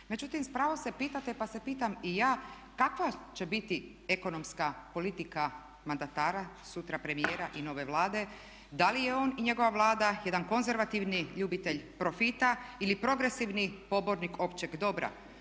Međutim, s pravom se pitate, pa se pitam i ja kakva će biti ekonomska politika mandatara, sutra premijera i nove Vlade. Da li je on i njegova Vlada jedan konzervativni ljubitelj profita ili progresivni pobornik općeg dobra.